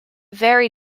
very